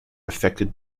affected